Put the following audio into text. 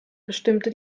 bestimmte